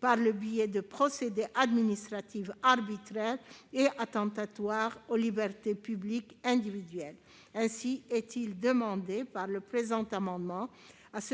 par le biais de procédés administratifs arbitraires et attentatoires aux libertés publiques individuelles. Ainsi est-il demandé, le présent amendement,